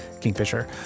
Kingfisher